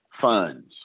funds